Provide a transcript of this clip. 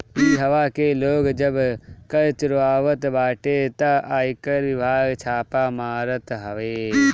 इहवा के लोग जब कर चुरावत बाटे तअ आयकर विभाग छापा मारत हवे